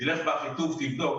לך לאחיטוב ותבדוק.